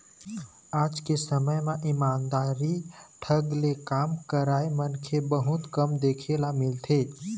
आज के समे म ईमानदारी ढंग ले काम करइया मनखे बहुत कम देख बर मिलथें